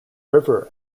river